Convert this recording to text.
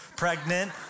pregnant